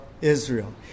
Israel